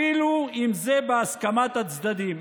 אפילו אם זה בהסכמת הצדדים.